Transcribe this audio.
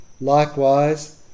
Likewise